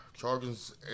Chargers